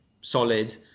solid